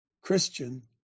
Christian